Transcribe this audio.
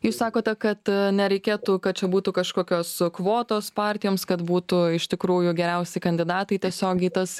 jūs sakote kad nereikėtų kad čia būtų kažkokios kvotos partijoms kad būtų iš tikrųjų geriausi kandidatai tiesiog į tas